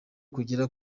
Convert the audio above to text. kugera